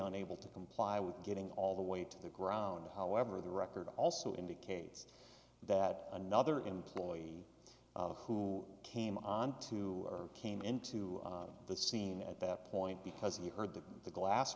unable to comply with getting all the way to the ground however the record also indicates that another employee who came onto came into the scene at that point because he heard that the glass